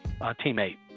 teammate